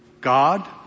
God